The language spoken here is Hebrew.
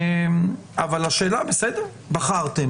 בחרתם,